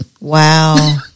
Wow